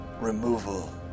removal